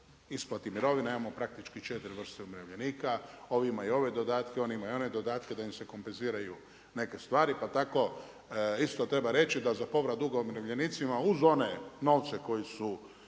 isplati mirovine nemamo praktički 4 vrste umirovljenika, ovi imaju ove dodatke, oni imaju one dodatke, da im se kompenziraju neke stvari pa tako isto treba reći da za povrat duga umirovljenicima, uz one novce koji su